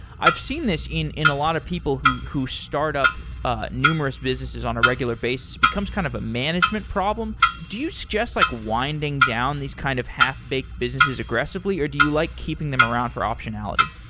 i've seen this in in a lot of people who who startup ah numerous businesses on a regular basis. it becomes kind of a management problem. do you suggest like winding down these kind of half baked businesses aggressively or do you like keeping them around for optionality?